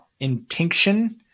Intinction